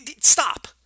Stop